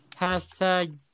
hashtag